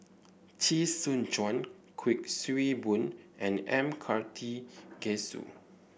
Chee Soon Juan Kuik Swee Boon and M Karthigesu